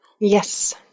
Yes